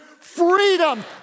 freedom